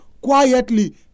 quietly